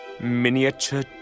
Miniature